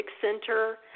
center